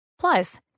Plus